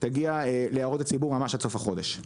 שתגיע להערות הציבור ממש עד סוף החודש.